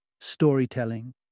Storytelling